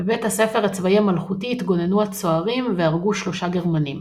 בבית הספר הצבאי המלכותי התגוננו הצוערים והרגו שלושה גרמנים.